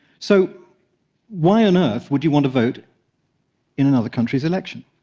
so why on earth would you want to vote in another country's election?